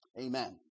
Amen